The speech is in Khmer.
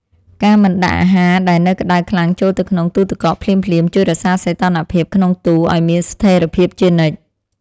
ការមិនដាក់អាហារដែលនៅក្តៅខ្លាំងចូលទៅក្នុងទូរទឹកកកភ្លាមៗជួយរក្សាសីតុណ្ហភាពក្នុងទូរឱ្យមានស្ថិរភាពជានិច្ច។